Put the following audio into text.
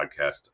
podcast